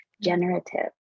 generative